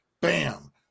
bam